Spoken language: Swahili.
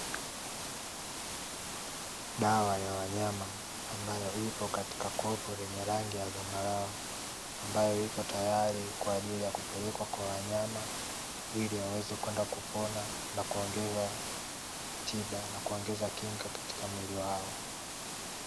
Dawa ya wanyama ambayo ipo katika kopo lenye rangi ya zambarau, ambayo hiko tayari kwa ajili ya kupelekwa kwa wanyama ili waweze kwenda kupona na kuongeza tiba na kinga katika mwili wao.